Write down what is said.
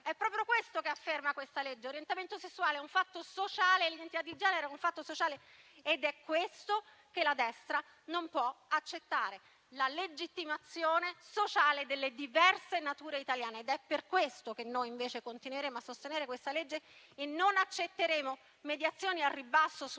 è proprio questo che afferma il disegno legge in discussione; l'identità di genere è un fatto sociale. Ed è questo che la destra non può accettare: la legittimazione sociale delle diverse nature italiane. Ed è per questo che noi, invece, continueremo a sostenere questo disegno di legge e non accetteremo mediazioni al ribasso sulla